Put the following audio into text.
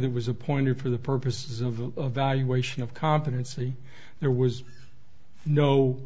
that was appointed for the purpose of the valuation of competency there was no